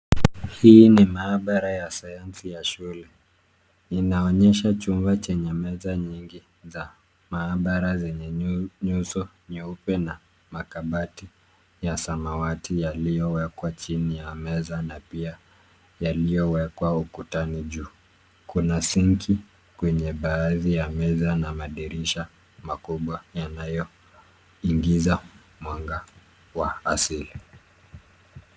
Hii ni maabara ya sayansi ya shule. Inaonyesha chumba chenye meza nyingi za maabara zenye nyuso nyeupe na makabati vya samawati yaliyowekwa chini ya meza na pia yaliyowekwa ukutani juu. Kuna sinki kwenye baadhi ya meza na madirisha makubwa yanayoingiza mwanga wa asili.